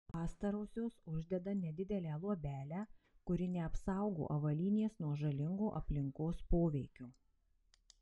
pastarosios uždeda nedidelę luobelę kuri neapsaugo avalynės nuo žalingo aplinkos poveikio